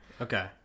Okay